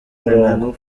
murongo